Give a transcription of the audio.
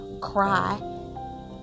cry